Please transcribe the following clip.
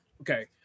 okay